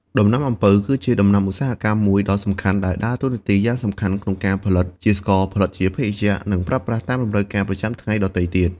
ដំណាំអំពៅ គឺជាដំណាំឧស្សាហកម្មមួយដ៏សំខាន់ ដែលដើរតួនាទីយ៉ាងសំខាន់ក្នុងការផលិតជាស្ករ ផលិតជាភេសជ្ជៈ និងប្រើប្រាស់តាមត្រូវការប្រចាំថ្ងៃដទៃទៀត។